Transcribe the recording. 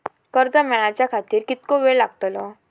कर्ज मेलाच्या खातिर कीतको वेळ लागतलो?